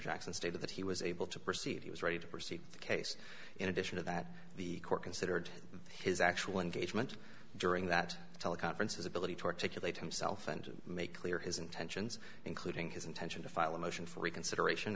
jackson stated that he was able to proceed he was ready to proceed the case in addition to that the court considered his actual engagement during that teleconference his ability to articulate himself and make clear his intentions including his intention to file a motion for reconsideration